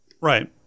Right